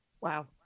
Wow